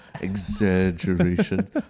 exaggeration